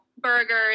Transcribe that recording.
burgers